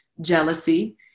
jealousy